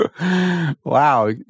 Wow